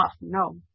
no